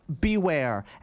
Beware